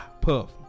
Puff